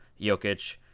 Jokic